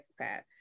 expat